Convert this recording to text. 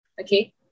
Okay